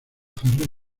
ferrer